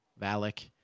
Valak